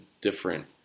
different